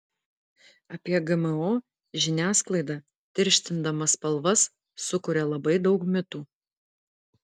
apie gmo žiniasklaida tirštindama spalvas sukuria labai daug mitų